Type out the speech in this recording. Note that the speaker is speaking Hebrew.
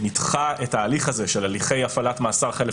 שניתחה את ההליך הזה של הליכי הפעלת מאסר חלף